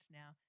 now